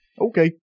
Okay